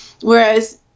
Whereas